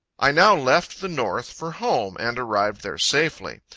i now left the north, for home, and arrived there safely.